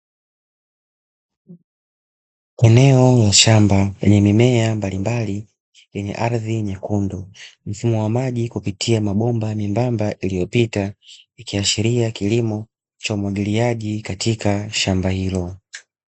Eneo la shamba, lenye mimea mbalimbali lenye ardhi nyekundu. Mfumo wa maji kupitia mabomba membamba iliyopita, ikiashiria kilimo cha umwagiliaji katika shamba hilo.